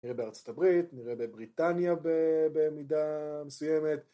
‫נראה בארה״ב, נראה בבריטניה ‫במידה מסוימת